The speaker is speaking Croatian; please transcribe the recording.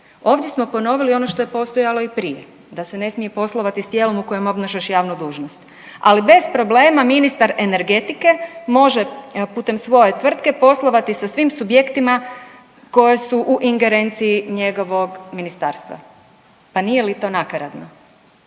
Ovdje smo ponovili ono što je postojalo i prije. Da se ne smije poslovati s tijelom u kojem obnašaš javnu dužnost. Ali bez problema ministar energetike može putem svoje tvrtke poslovati sa svim subjektima koji su u ingerenciji njegovog ministarstva. Pa nije li to nakaradno.